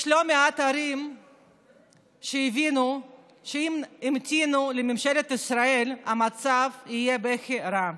יש לא מעט ערים שבהן הבינו שאם ימתינו לממשלת ישראל המצב יהיה בכי רע,